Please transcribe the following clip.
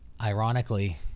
Ironically